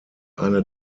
eine